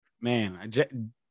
Man